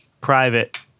private